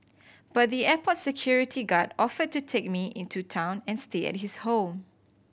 but the airport security guard offered to take me into town and stay at his home